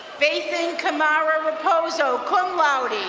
nathan kamara reposo, cum laude.